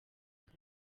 kare